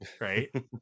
right